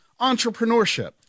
entrepreneurship